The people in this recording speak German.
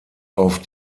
auf